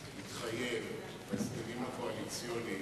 ראש הממשלה התחייב, בהסכמים הקואליציוניים,